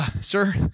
Sir